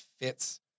fits